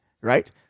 right